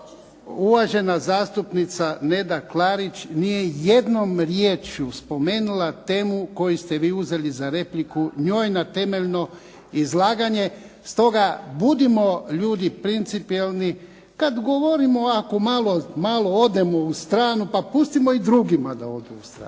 uvažena zastupnica Neda Klarić nije jednom riječju spomenula temu koju ste vi uzeli za repliku njoj na temeljno izlaganje. Stoga budimo ljudi principijelni. Kad govorimo ako malo odemo u stranu pa pustimo i drugima da odu u stranu.